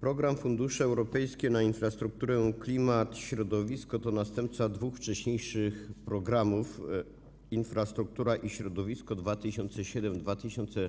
Program Fundusze Europejskie na Infrastrukturę, Klimat, Środowisko to następca dwóch edycji wcześniejszego programu ˝Infrastruktura i środowisko˝ 2007-2014